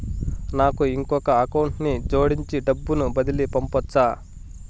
నాకు ఇంకొక అకౌంట్ ని జోడించి డబ్బును బదిలీ పంపొచ్చా?